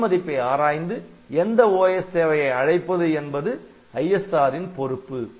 'n' மதிப்பை ஆராய்ந்து எந்த OS சேவையை அழைப்பது என்பது ISR ன் பொறுப்பு